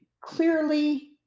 Clearly